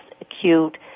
acute